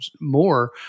more